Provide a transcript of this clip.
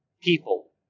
people